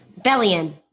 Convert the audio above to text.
Bellion